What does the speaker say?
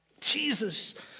Jesus